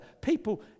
People